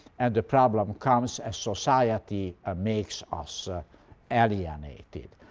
and the problem comes as society ah makes us ah alienated.